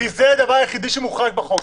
כי זה הדבר היחיד שמוחרג בחוק,